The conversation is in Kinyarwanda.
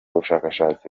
bushakashatsi